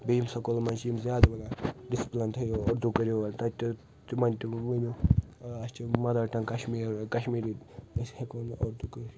بیٚیہِ یِم سکوٗلَن منٛز چھِ یِم زیادٕ ونان ڈسپٕلن تھٔیو اردو کٔرِو ٲں تتہِ تہِ تِمن تہِ ؤنِو ٲں اسہِ چھِ مَدرٹنٛگ کشمیٖری أسی ہیٚکو نہٕ اردو کٔرِتھ کیٚنٛہہ